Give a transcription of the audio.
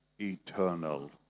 eternal